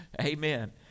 amen